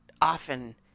often